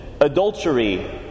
adultery